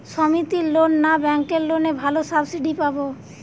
সমিতির লোন না ব্যাঙ্কের লোনে ভালো সাবসিডি পাব?